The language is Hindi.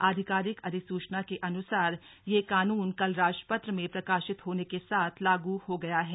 आधिकारिक अधिसूचना के अनुसार यह कानून कल राजपत्र में प्रकाशित होने के साथ लागू हो गया है